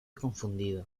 confundido